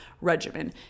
regimen